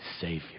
Savior